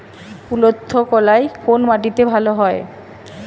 কুলত্থ কলাই কোন মাটিতে ভালো হয়?